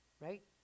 Right